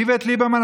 איווט ליברמן,